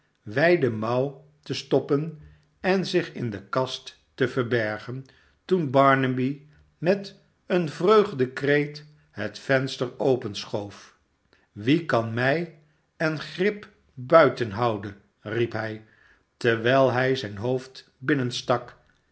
wijde mouw te stoppen en zich in de kast te verbergen toen barnaby met een vreugdekreet het venster openschoof wie kan mij en grip buitenhouden riep hij terwijl hij zijn hoofd binnen stak